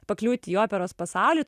pakliūti į operos pasaulį tu